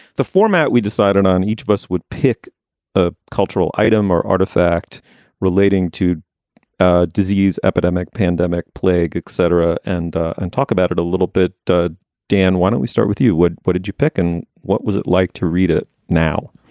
the format we decided on, each us would pick a cultural item or artifact relating to ah disease, epidemic, pandemic, plague, etc. and and talk about it a little bit. dan, why don't we start with you. what did you pick and what was it like to read it? now,